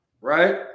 right